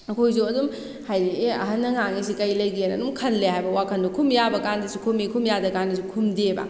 ꯑꯩꯈꯣꯏꯁꯨ ꯑꯗꯨꯝ ꯍꯥꯏꯗꯤ ꯑꯦ ꯑꯍꯟꯅ ꯉꯥꯡꯏꯁꯤ ꯀꯔꯤ ꯂꯩꯒꯦꯅ ꯑꯗꯨꯝ ꯈꯜꯂꯦ ꯍꯥꯏꯕ ꯋꯥꯈꯟꯗꯣ ꯈꯨꯝ ꯌꯥꯕ ꯀꯥꯟꯗꯁꯨ ꯈꯨꯝꯃꯤ ꯈꯨꯝ ꯌꯥꯗ ꯀꯥꯟꯗꯁꯨ ꯈꯨꯝꯗꯦꯕ